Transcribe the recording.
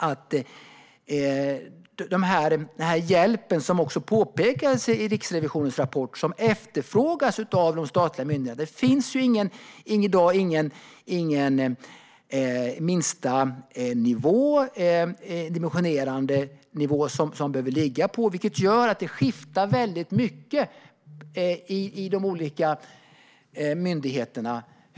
Denna myndighet skulle kunna se till att erbjuda den hjälp som efterfrågas av de statliga myndigheterna, vilket också påpekades i Riksrevisionens rapport. Det finns i dag ingen lägstanivå som myndigheterna behöver ligga på, vilket gör att säkerheten skiftar väldigt mycket mellan de olika myndigheterna.